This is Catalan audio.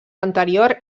anterior